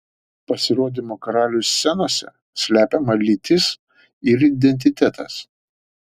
pasirodymo karaliui scenose slepiama lytis ir identitetas